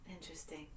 Interesting